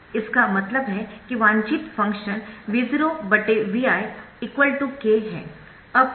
इसका मतलब है कि वांछित फंक्शन V0 Vi k है